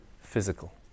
Physical